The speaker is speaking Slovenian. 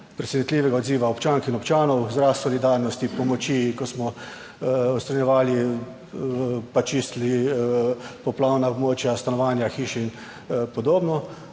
presenetljivega odziva občank in občanov izraz solidarnosti, pomoči, ko smo odstranjevali pa čistili poplavna območja, stanovanja, hiše in podobno,